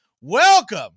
Welcome